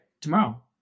Tomorrow